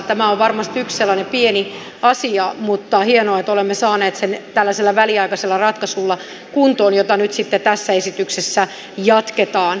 tämä on varmasti yksi sellainen pieni asia mutta hienoa että olemme saaneet sen kuntoon tällaisella väliaikaisella ratkaisulla jota nyt sitten tässä esityksessä jatketaan